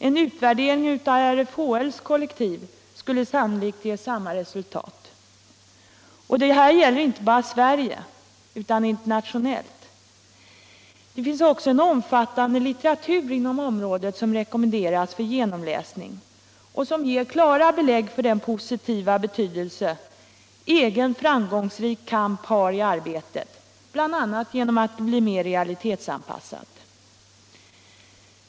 En utvärdering av RFHL:s kollektiv skulle sannolikt ge samma resultat. Och det här gäller inte bara Sverige utan internationellt. Det finns också en omfattande litteratur inom området, som rekommenderas för genomläsning och som ger klara belägg för den positiva betydelse egen framgångsrik kamp har i arbetet bl.a. genom att det blir mer realitetsanpassat.